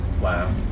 Wow